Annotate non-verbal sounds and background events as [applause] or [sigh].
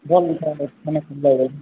ଭଲ୍ ବି ସେମାନେ [unintelligible]